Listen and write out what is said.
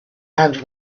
and